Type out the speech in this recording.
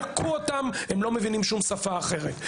תכו אותם, הם לא מבינים שום שפה אחרת.